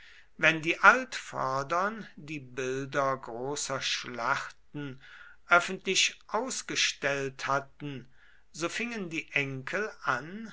wenn die altvordern die bilder großer schlachten öffentlich ausgestellt hatten so fingen die enkel an